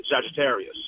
Sagittarius